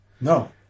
No